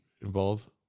involve